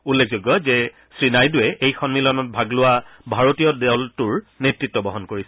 উল্লেখযোগ্য যে শ্ৰী নাইডুৰে এই সন্মিলনত ভাগ লোৱা ভাৰতীয় দলটোৰ নেতৃত্ বহন কৰিছে